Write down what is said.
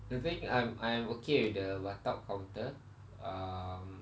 I think I'm I'm okay with the bar top counter um